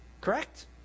correct